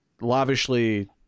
lavishly